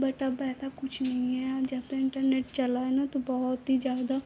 but अब वैसा कुछ नहीं है जब से इन्टरनेट चला है ना तो बहुत ही ज़्यादा